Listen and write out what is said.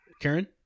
Karen